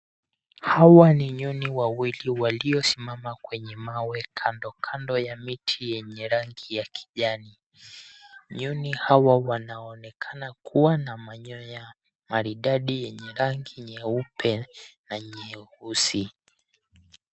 Hawa ni nyuni wawili waliosimama kwenye mawe kando kando ya miti yenye rangi ya kijani. Nyuni hawa wanaonekana kuwa na manyoya maridadi yenye rangi nyeupe na nyeusi.